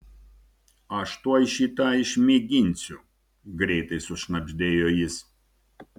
aš tuoj šį tą išmėginsiu greitai sušnabždėjo jis